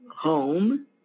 home